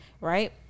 right